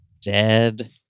dead